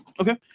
Okay